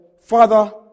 Father